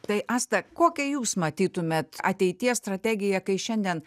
tai asta kokią jūs matytumėt ateities strategiją kai šiandien